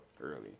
early